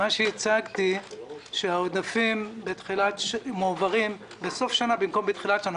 הצגתי שהעודפים מועברים בסוף שנה במקום בתחילת שנה.